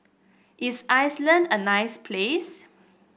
is Iceland a nice place